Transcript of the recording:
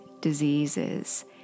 diseases